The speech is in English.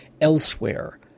elsewhere